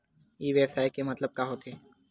ई व्यवसाय के मतलब का होथे?